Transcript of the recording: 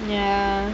ya